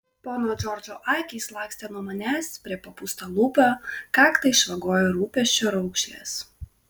pono džordžo akys lakstė nuo manęs prie papūstalūpio kaktą išvagojo rūpesčio raukšlės